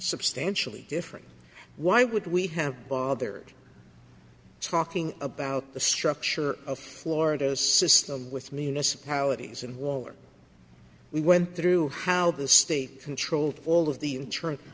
substantially different why would we have bothered talking about the structure of florida's system with municipalities and waller we went through how the state controlled all of the